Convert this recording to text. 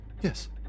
Yes